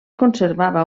conservava